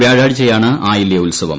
വ്യാഴാഴ്ചയാണ് ആയില്യ ഉൽസവം